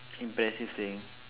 impressive thing